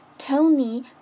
Tony